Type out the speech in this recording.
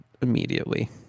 immediately